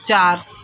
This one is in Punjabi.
ਚਾਰ